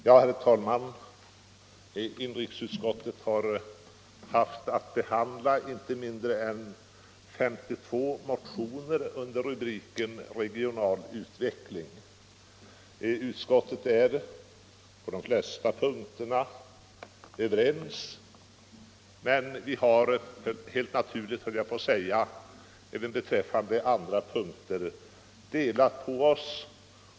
Herr talman! Inrikesutskottet har haft att behandla inte mindre än 52 motioner under rubriken Regional utveckling. Utskottet är överens på de flesta punkter, men vi har — helt naturligt, skulle jag vilja säga —- när det gäller vissa punkter delat på oss.